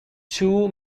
two